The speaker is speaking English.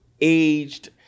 aged